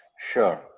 sure